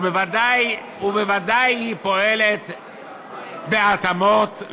ובוודאי היא פועלת בהתאמות,